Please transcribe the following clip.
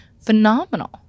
phenomenal